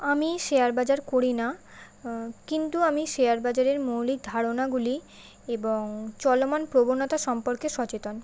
আমি শেয়ার বাজার করি না কিন্তু আমি শেয়ার বাজারের মৌলিক ধারণাগুলি এবং চলমান প্রবণতা সম্পর্কে সচেতন